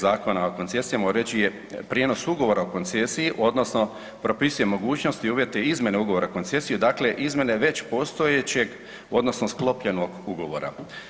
Zakona o koncesijama uređuje prijenos ugovora o koncesiji, odnosno propisuje mogućnost i uvjete izmjene ugovora o koncesiji, dakle izmjene već postoje čijeg, odnosno sklopljenog ugovora.